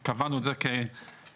קבענו את זה כאזור